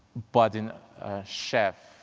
budding chef,